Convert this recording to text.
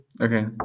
Okay